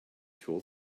tool